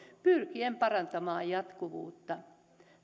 pyrkien parantamaan jatkuvuutta